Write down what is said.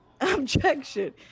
Objection